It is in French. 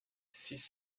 six